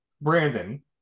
Brandon